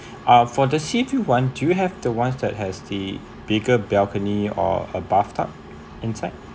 uh for the sea view one do you have the ones that has the bigger balcony or a bathtub inside